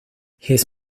his